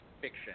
fiction